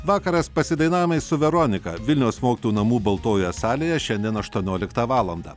vakaras pasidainavimai su veronika vilniaus mokytojų namų baltojoje salėje šiandien aštuonioliktą valandą